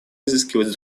изыскивать